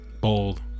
Bold